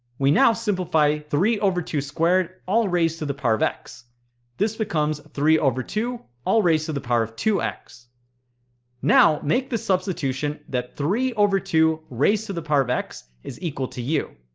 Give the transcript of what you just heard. we now simplify three over two squared all raised to the power of x this becomes three over two all raised to the power of two x now make the substitution that three over two raised to the power of x is equal to u